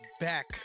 back